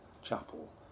chapel